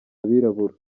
abirabura